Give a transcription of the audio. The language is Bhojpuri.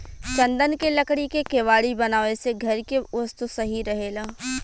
चन्दन के लकड़ी के केवाड़ी बनावे से घर के वस्तु सही रहेला